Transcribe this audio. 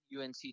unc